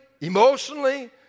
emotionally